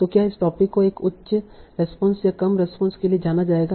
तो क्या इस टोपिक को एक उच्च रेस्पोंस या कम रेस्पोंस के लिए जाना जाएगा